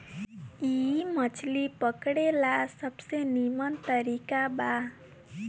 इ मछली पकड़े ला सबसे निमन तरीका बा